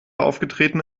aufgetreten